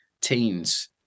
teens